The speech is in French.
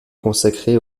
consacré